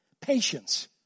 Patience